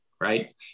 right